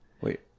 Wait